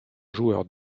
joueur